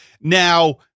Now